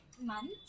month